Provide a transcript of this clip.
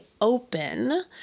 open